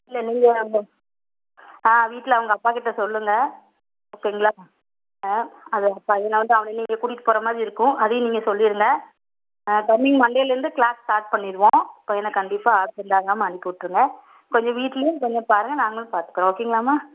இல்லை நீங்கள் வாங்க ஆ வீட்டில் அவங்க அப்பாகிட்ட சொல்லுங்கள் ஓகேங்களா ஆ அது பையனை வந்து அவனை நீங்கள் கூட்டிகிட்டு போகிறமாதிரி இருக்கும் அதையும் நீங்கள் சொல்லிடுங்க ஆ கம்மிங் மண்டேலருந்து க்ளாஸ் ஸ்டார்ட் பண்ணிடுவோம் பையனை கண்டிப்பாக ஆப்சென்ட் ஆகாமல் அனுப்பி விட்ருங்க கொஞ்சம் வீடலேயும் கொஞ்சம் பாருங்க நாங்களும் பார்த்துக்குறோம் ஓகேங்களாம்மா